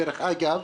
דרך אגב,